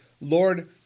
Lord